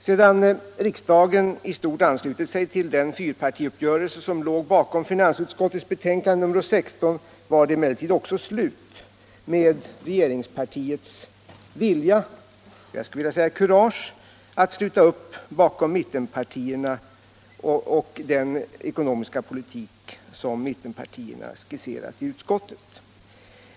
Sedan riksdagen i stort anslutit sig till den fyrpartiuppgörelse som låg bakom finansutskottets betänkande nr 16 var det emellertid också slut med regeringspartiets vilja — och jag vill säga också kurage — att sluta upp bakom mittenpartierna och den ekonomiska politik som de skisserade i utskottet.